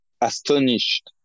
astonished